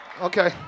Okay